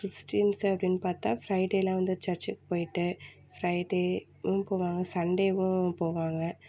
Christians அப்படின்னு பார்த்தா ஃப்ரைடேலாம் வந்து சர்ச்சுக்கு போயிவிட்டு ஃப்ரைடேவும் போவாங்க சண்டேவும் போவாங்க